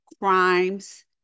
crimes